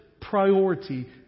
priority